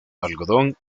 algodón